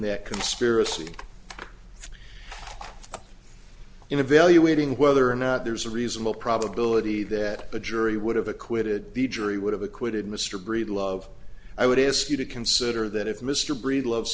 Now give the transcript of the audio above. that conspiracy in evaluating whether or not there's a reasonable probability that a jury would have acquitted the jury would have acquitted mr breedlove i would ask you to consider that if mr breedlove